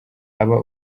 aba